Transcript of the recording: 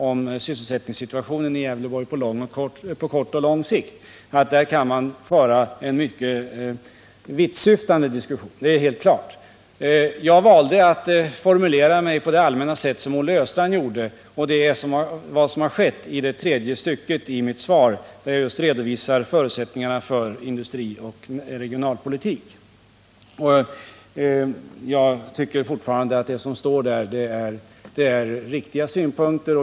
Jag håller gärna med om att den är allmän, men det är helt klart att man kan föra en mycket vittsyftande diskussion om den. Jag valde att formulera mig på det 99 att förbättra syssel allmänna sätt som Olle Östrand gjorde. I den tredje delen av mitt svar redovisar jag just förutsättningarna för industrioch regionalpolitiken. Jag tycker fortfarande att det som står där är riktiga synpunkter.